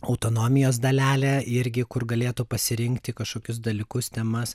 autonomijos dalelę irgi kur galėtų pasirinkti kažkokius dalykus temas